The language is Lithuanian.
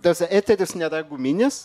tas eteris nėra guminis